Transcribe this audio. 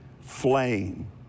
flame